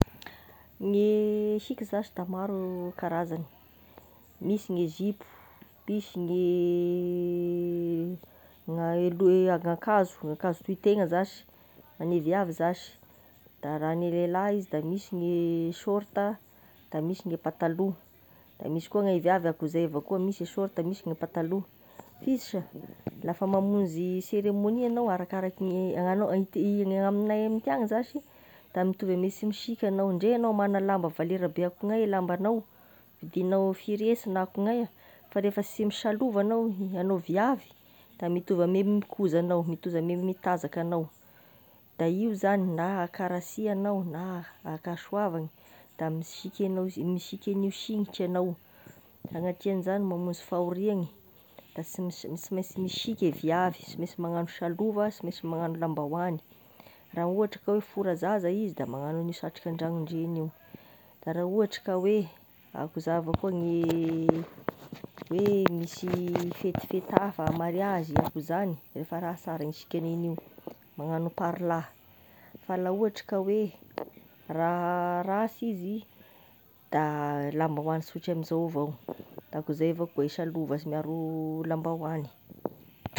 Gne siky zashy da maro karazagny, misy gne zipo, misy gne na aloha e ankazo ankazo tohitegna zash gnane viavy zash, da raha gne lelah izy da misy gne sôrta, da misy gne pataloa, da misy koa gne viavy akoa zay avao koa misy e sôrta misy gne pataloa, f'izy sha lafa mamonzy céremonie enao arakaraky gne agnan- gn'amignay amintiana zashy, da mitovy ame sy misiky anao ndre enao mana lamba valera be akognay e lambanao vidinao firy hesy na kognay fa rehefa sy misalova anao anao viavy da mitovy amin'ny oe mikoza agnao mitovy ame mitanzaka anao, da io zagny na ankarasia agnao gna ankasoavany da misiky enao, misiky en'io signitry anao, sanatria an'izagny mamonzy fahoriagny da sy mis-mainsy misika e viavy sy mainsy magnano salova, sy mainsy magnano lambahoany, raha ohatry ka hoe fora zaza izy da magnano an'io satroka andranondregny io, da raha ohatry ka hoe akoza avao koa gne hoe misy fetifety hafa mariazy akoa zany rehefa raha sara gn'isiky aniny io, magnano parlà fa la ohatry ka hoe raha rasy izy da lambahoany sotra amin'izao avao da koa zay avao koa e salova miaro lambaoagny.